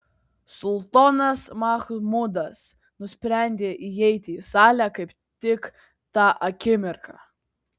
sultonas machmudas nusprendė įeiti į salę kaip tik tą akimirką